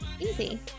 Easy